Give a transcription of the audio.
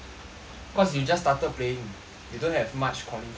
cause you just started playing you don't have much calling cards